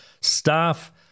Staff